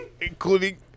including